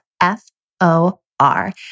F-O-R